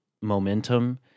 momentum